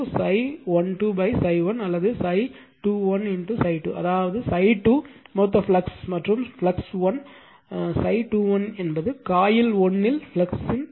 எனவே K ∅12 ∅1 அல்லது ∅21 ∅2 அதாவது ∅2 மொத்த ஃப்ளக்ஸ் மற்றும் ஃப்ளக்ஸ் 1 ∅21 என்பது காயில் 1 இல் ஃப்ளக்ஸ் இணைப்பு